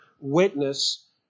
witness